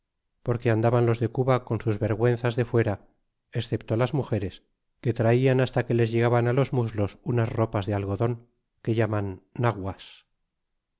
porque andaban los de cuba con sus vergüenzas defuera excepto las mugeres que tratan basta que les llegaban los muslos unas ropas de algodon que llaman naguas